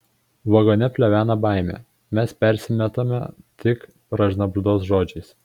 vagone plevena baimė mes persimetame tik pašnabždos žodžiais